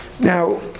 Now